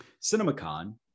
CinemaCon